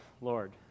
Lord